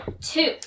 two